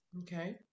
Okay